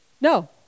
no